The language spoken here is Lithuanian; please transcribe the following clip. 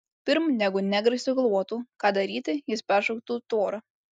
pirm negu negrai sugalvotų ką daryti jis peršoktų tvorą